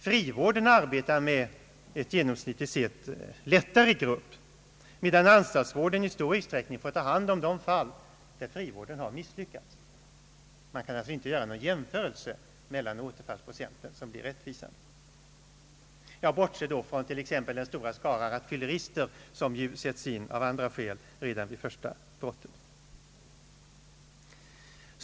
Frivården arbetar med en genomsnittligt lättare grupp, medan anstaltsvården i stor utsträckning får ta hand om de fall där frivården har misslyckats. Man kan alltså inte göra någon jämförelse som är rättvis mellan återfallsprocenten. Jag bortser då från t.ex. den stora skara rattfyllerister som ju döms till fängelse av andra skäl redan vid första brottet.